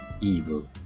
evil